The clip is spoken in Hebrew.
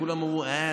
כולם אמרו: אהה,